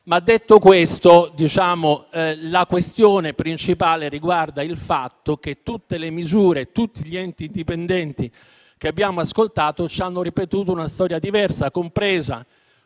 Detto questo, la questione principale riguarda il fatto che tutti gli enti indipendenti che abbiamo ascoltato ci hanno ripetuto una storia diversa, compresa